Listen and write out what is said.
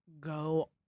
Go